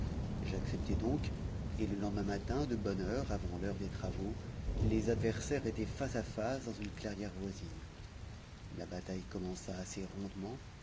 j'acceptai donc et le lendemain matin de bonne heure avant l'heure des travaux les adversaires étaient face à face dans une clairière voisine la bataille commença assez rondement